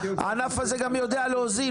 הענף הזה גם יודע להוזיל,